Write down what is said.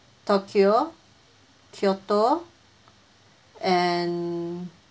tokyo kyoto and